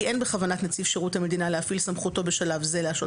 אין בכוונת נציב שירות המדינה להפעיל סמכותו בשלב זה להשעות